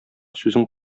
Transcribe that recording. сүзең